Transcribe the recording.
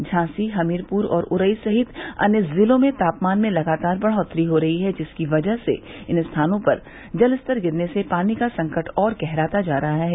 झांसी हमीरपुर और उरई सहित अन्य जिलों में तापमान में लगातार बढ़ोत्तरी हो रही है जिसकी वजह से इन स्थानों पर जलस्तर गिरने से पानी का संकट और गहराता जा रहा है